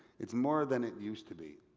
it's more than it used to be.